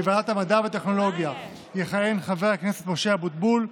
בוועדת המדע והטכנולוגיה יכהן חבר הכנסת משה אבוטבול,